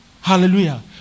Hallelujah